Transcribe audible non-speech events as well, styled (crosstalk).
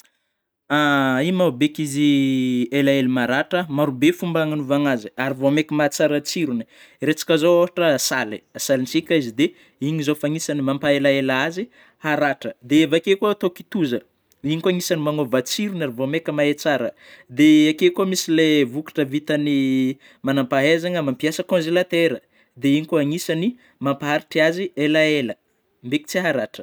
(noise) (hesitation) Igny moa be k'izy elaela maratra, maro be fômba agnanôvagna azy, ary vao maiky mahatsara tsirony, raisintsika zao saly, salintsika izy de, igny zao efa agnisany mampaelaela azy haratra ,dia avy akeo, kôa atao kitoza, igny kôa agnisany magnova tsirony ary vao maiky mihe tsara, dia akeo kôa misy ilay vôkatra vitan'ny manam-pahaizana mampiasa congélateur, dia igny kôa anisany mapaharitra azy elaela, beky tsy haratra.